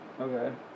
Okay